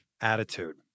attitude